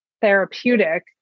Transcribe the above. therapeutic